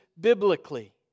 biblically